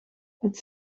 het